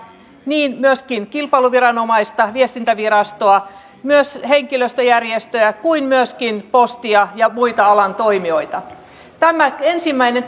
niin kilpailuviranomaista viestintävirastoa ja myös henkilöstöjärjestöjä kuin myöskin postia ja muita alan toimijoita tämä ensimmäinen